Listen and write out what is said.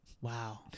Wow